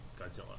Godzilla